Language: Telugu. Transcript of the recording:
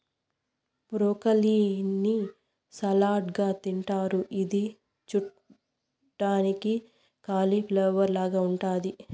బ్రోకలీ ని సలాడ్ గా తింటారు ఇది చూడ్డానికి కాలిఫ్లవర్ లాగ ఉంటాది